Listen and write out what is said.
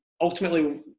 ultimately